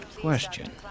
question